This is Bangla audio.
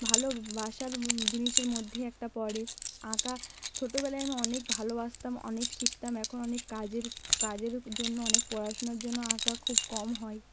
ভালোবাসার জিনিসের মধ্যে একটা পড়ে আঁকা ছোটোবেলায় আমি অনেক ভালোবাসতাম অনেক শিখতাম এখন অনেক কাজের কাজের জন্য অনেক পড়াশোনার জন্য আঁকা খুব কম হয়